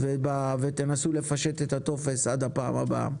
ותנסו לפשט את הטופס עד הפעם הבאה.